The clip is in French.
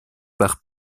par